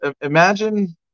imagine